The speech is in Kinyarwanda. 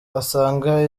asanga